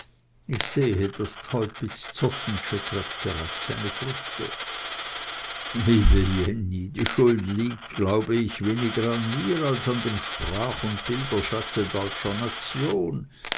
ich sehe das teupitz zossensche trägt bereits seine früchte liebe jenny die schuld liegt glaube ich weniger an mir als an dem sprach und bilderschatze deutscher nation